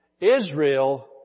Israel